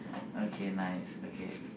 okay nice okay